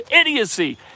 Idiocy